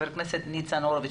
חבר הכנסת ניצן הורוביץ,